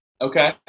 Okay